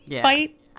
fight